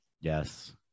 Yes